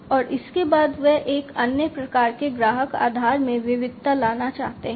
और इसके बाद वे एक अन्य प्रकार के ग्राहक आधार में विविधता लाना चाहते हैं